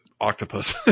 octopus